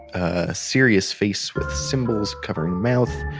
a serious face with symbols covering mouth,